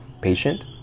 patient